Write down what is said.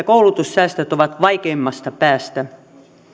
koulutussäästöt ovat vaikeimmasta päästä